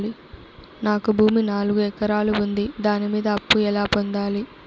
నాకు భూమి నాలుగు ఎకరాలు ఉంది దాని మీద అప్పు ఎలా పొందాలి?